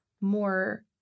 more